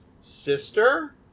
Sister